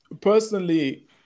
personally